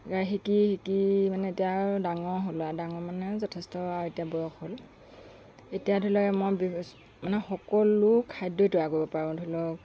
শিকি শিকি মানে এতিয়া আৰু ডাঙৰ হ'লোঁ ডাঙৰ মানে যথেষ্ট আৰু এতিয়া বয়স হ'ল এতিয়া ধৰি লওঁক মই বেছ মানে সকলো খাদ্যই তৈয়াৰ কৰিব পাৰোঁ ধৰি লওঁক